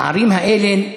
הערים האלה נהפכו,